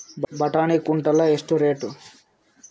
ಬಟಾಣಿ ಕುಂಟಲ ಎಷ್ಟು ರೇಟ್?